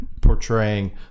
portraying